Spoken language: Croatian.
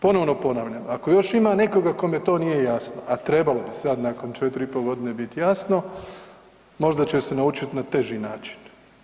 Ponovno ponavljam, ako još ima nekoga kome to nije jasno, a trebalo bi sada nakon 4,5 godine biti jasno možda će se naučiti na teži način.